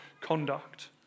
conduct